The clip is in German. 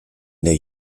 der